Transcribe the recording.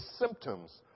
symptoms